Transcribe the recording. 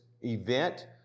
event